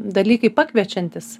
dalykai pakviečiantys